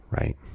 right